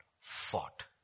fought